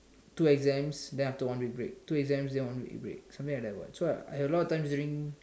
two exams then after one week break two exams then one break something like that what